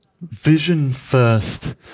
vision-first